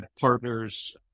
partners